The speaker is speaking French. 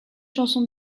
chansons